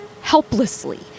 helplessly